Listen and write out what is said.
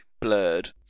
blurred